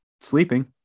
sleeping